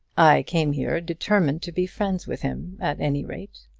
i came here determined to be friends with him at any rate.